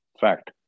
fact